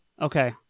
Okay